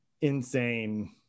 insane